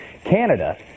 Canada